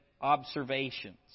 observations